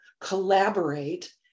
collaborate